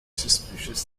suspicious